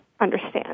understand